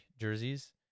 jerseys